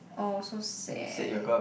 oh so sad